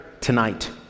tonight